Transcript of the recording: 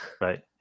Right